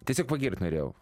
tiesiog pagirt norėjau